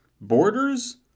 borders